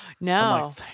No